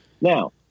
Now